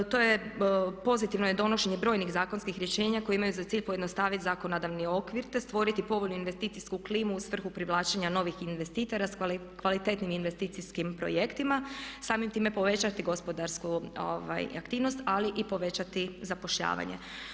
To je pozitivno je donošenje brojnih zakonskih rješenja koji imaju za cilj pojednostaviti zakonodavni okvir te stvoriti povoljne investicijsku klimu u svrhu privlačenja novih investitora s kvalitetnim investicijskim projektima, samim time povećati gospodarsku aktivnost ali i povećati zapošljavanje.